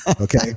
Okay